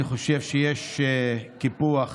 אני חושב שיש קיפוח